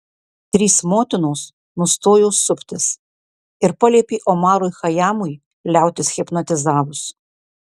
trys motinos nustojo suptis ir paliepė omarui chajamui liautis hipnotizavus